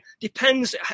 depends